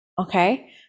Okay